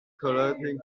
collecting